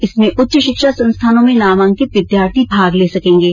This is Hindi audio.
इसमें उच्च शिक्षा संस्थानों में नामांकित विद्यार्थी भाग ले सकेंगे